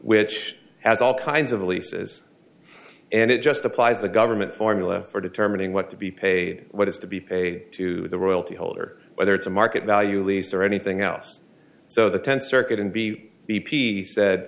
which has all kinds of leases and it just applies the government formula for determining what to be paid what has to be a to the royalty holder whether it's a market value lease or anything else so the tenth circuit and b b p